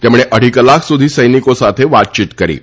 તેમણે અઢી કલાક સુધી સૈનિકો સાથે વાતચીત કરી હતી